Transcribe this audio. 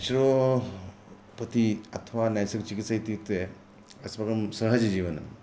naturopathy अथवा नैसर्गिकचिकित्सा इत्युक्ते अस्माकं सहजजीवनम्